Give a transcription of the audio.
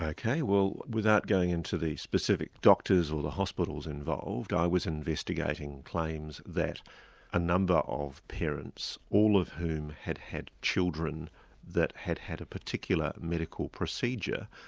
ok, well without going into the specific doctors or the hospitals involved, i was investigating claims that a number of parents, all of whom had had children that had had a particular medical procedure,